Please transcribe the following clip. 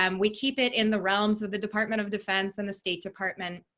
um we keep it in the realms of the department of defense and the state department,